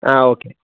ആ ഓക്കേ